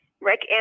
Rick